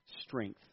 strength